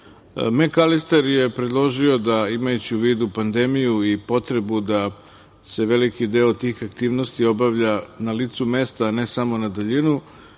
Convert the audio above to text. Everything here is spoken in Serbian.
dijalog. Mekalister je predložio da, imajući u vidu pandemiju i potrebu da se veliki deo tih aktivnosti obavlja na licu mesta, a ne samo na daljinu,